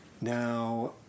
Now